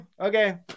okay